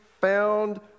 found